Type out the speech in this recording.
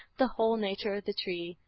the whole nature of the tree,